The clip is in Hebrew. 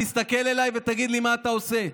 נפתלי, תסתכל אליי ותגיד לי מה אתה עושה.